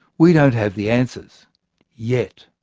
we don't have the answers yet.